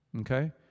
Okay